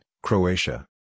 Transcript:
Croatia